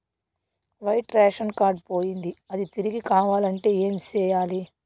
white ration card పోయింది అది తిరిగి కావాలంటే ఏం సేయాలి